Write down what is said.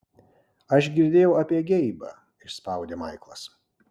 aš girdėjau apie geibą išspaudė maiklas